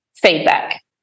feedback